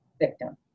victim